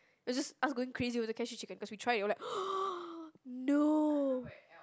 it was just us going crazy over the cashew chicken cause we tried it we were like no